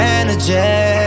energy